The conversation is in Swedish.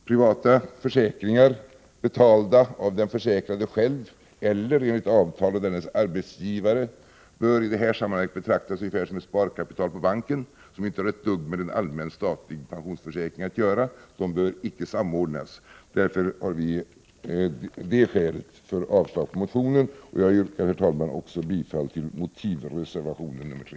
Privata försäkringar, som betalas av den försäkrade själv eller av dennes arbetsgivare enligt avtal, bör i detta sammanhang betraktas ungefär som ett sparkapital på banken, som inte har ett dugg med en allmän statlig pensionsförsäkring att göra — de bör icke samordnas. Detta är alltså skälet till vårt avslagsyrkande. Jag yrkar också bifall till motivreservationen 3.